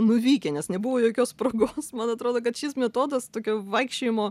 nuvykę nes nebuvo jokios progos man atrodo kad šis metodas tokio vaikščiojimo